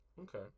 Okay